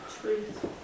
Truth